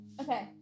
Okay